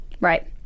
Right